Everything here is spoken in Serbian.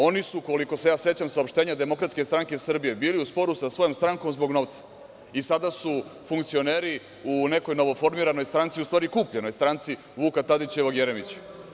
Oni su, koliko se sećam saopštenja DSS bili u sporu sa svojom strankom zbog novca i sada su funkcioneri u nekoj novoformiranoj stranci, u stvari kupljenoj stranci Vuka Tadićevog Jeremića.